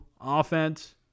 offense